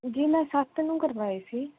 ਜੀ ਮੈਂ ਸੱਤ ਨੂੰ ਕਰਵਾਈ ਸੀ